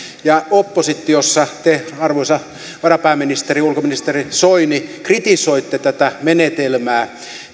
ja oppositiossa te arvoisa varapääministeri ulkoministeri soini kritisoitte tätä menetelmää